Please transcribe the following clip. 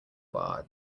bar